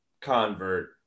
convert